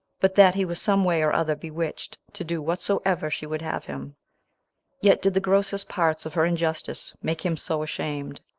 but that he was some way or other bewitched to do whatsoever she would have him yet did the grossest parts of her injustice make him so ashamed,